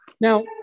Now